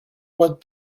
what